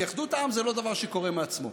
כי אחדות העם זה לא דבר שקורה מעצמו.